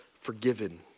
forgiven